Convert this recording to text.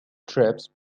trips